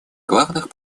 главных